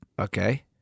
Okay